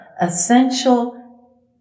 essential